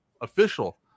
official